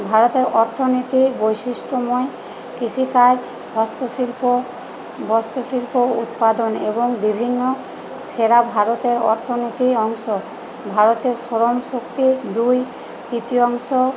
ভারতের অর্থনীতি বৈশিষ্ট্যময় কৃষিকাজ হস্তশিল্প বস্ত্রশিল্প উৎপাদন এবং বিভিন্ন সেরা ভারতের অর্থনীতির অংশ ভারতের স্মরণশক্তির দুই তৃতীয়াংশ